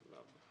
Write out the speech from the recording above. תודה.